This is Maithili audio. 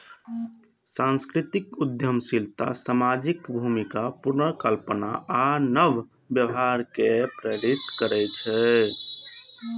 सांस्कृतिक उद्यमशीलता सामाजिक भूमिका पुनर्कल्पना आ नव व्यवहार कें प्रेरित करै छै